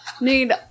need